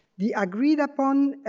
the agreed upon,